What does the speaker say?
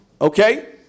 okay